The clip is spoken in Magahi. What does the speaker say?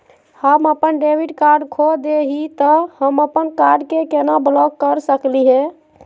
हम अपन डेबिट कार्ड खो दे ही, त हम अप्पन कार्ड के केना ब्लॉक कर सकली हे?